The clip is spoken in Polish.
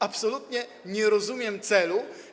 Absolutnie nie rozumiem celu.